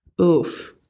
oof